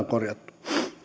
korjattua